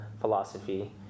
philosophy